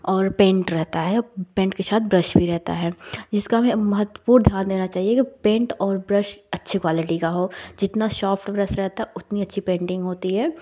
और पेंट रहता है और पेंट के साथ ब्रश भी रहता है इसका हमें महत्वपूर्ण ध्यान देना चाहिए कि पेंट और ब्रश अच्छी क्वालिटी का हो जितना शॉफ्ट ब्रश रहता उतनी अच्छी पेंटिंग होती है